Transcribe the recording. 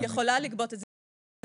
היא יכולה לגבות את זה מהמזיק.